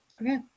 Okay